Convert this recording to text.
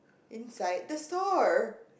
inside the store